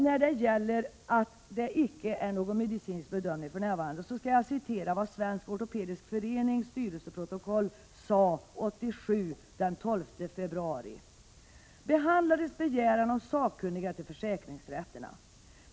När det gäller uttalandet att det för närvarande inte förekommer någon medicinsk bedömning vill jag citera ur Svensk Ortopedisk Förenings styrelseprotokoll av den 12 februari 1987: ”Behandlades begäran om sakkunniga till försäkringsrätterna.